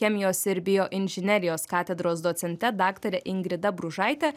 chemijos ir bioinžinerijos katedros docente daktare ingrida bružaite